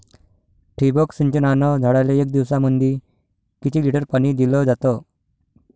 ठिबक सिंचनानं झाडाले एक दिवसामंदी किती लिटर पाणी दिलं जातं?